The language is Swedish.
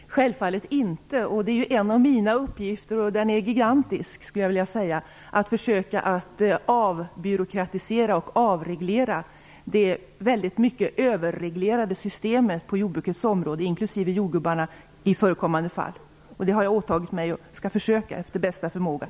Herr talman! Självfallet inte! Det är ju en av mina uppgifter - och den är gigantisk - att försöka att avbyråkratisera och avreglera det överreglerade systemet på jordbrukets område, och detta inkluderar i förekommande fall jordgubbarna. Det har jag åtagit mig, och det skall jag försöka göra efter bästa förmåga.